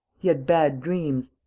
he had bad dreams.